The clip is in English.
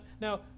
now